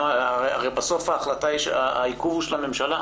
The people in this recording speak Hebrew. הרי בסוף העיכוב הוא של הממשלה.